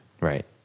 Right